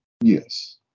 Yes